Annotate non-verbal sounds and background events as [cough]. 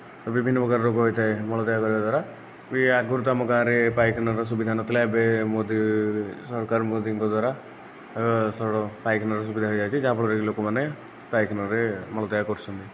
ବିଭିନ୍ନ ପ୍ରକାର ରୋଗ ହୋଇଥାଏ ମଳତ୍ୟାଗ କରିବା ଦ୍ୱାରା ଇଏ ଆଗରୁ ତ ଆମ ଗାଁରେ ପାଇଖାନାର ସୁବିଧା ନଥିଲା ଏବେ ମୋଦି ସରକାର ମୋଦିଙ୍କ ଦ୍ୱାରା [unintelligible] ପାଇଖାନାର ସୁବିଧା ହୋଇଯାଇଛି ଯାହା ଫଳରେକି ଲୋକମାନେ ପାଇଖାନାରେ ମଳତ୍ୟାଗ କରୁଛନ୍ତି